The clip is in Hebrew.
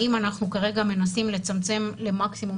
האם אנחנו כרגע מנסים לצמצם למקסימום